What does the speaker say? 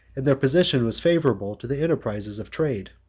and their position was favorable to the enterprises of trade.